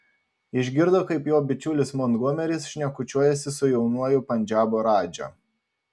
išgirdo kaip jo bičiulis montgomeris šnekučiuojasi su jaunuoju pandžabo radža